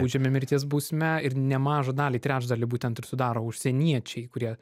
baudžiami mirties bausme ir nemažą dalį trečdalį būtent ir sudaro užsieniečiai kurie